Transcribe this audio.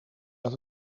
dat